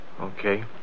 Okay